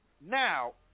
Now